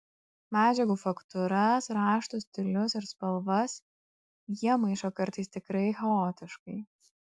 medžiagų faktūras raštus stilius ir spalvas jie maišo kartais tikrai chaotiškai